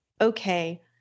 Okay